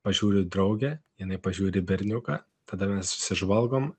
pažiūriu draugę jinai pažiūri į berniuką tada mes susižvalgom